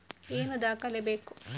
ಏನು ದಾಖಲೆ ಬೇಕು?